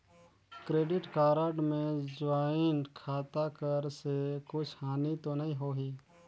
Credit card मे joint खाता कर से कुछ हानि तो नइ होही?